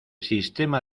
sistema